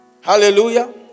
Hallelujah